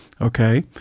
okay